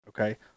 Okay